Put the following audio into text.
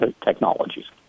technologies